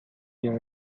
your